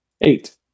Eight